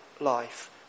life